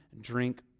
drink